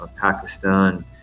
Pakistan